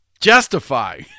Justify